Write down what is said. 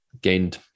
gained